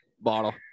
bottle